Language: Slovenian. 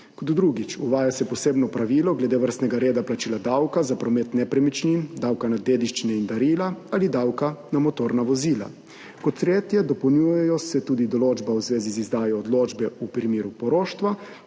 Kot drugič, uvaja se posebno pravilo glede vrstnega reda plačila davka za promet nepremičnin, davka na dediščine in darila ali davka na motorna vozila. Kot tretje, dopolnjujejo se tudi določbe v zvezi z izdajo odločbe v primeru poroštva.